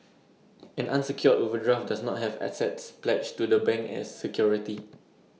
an unsecured overdraft does not have assets pledged to the bank as security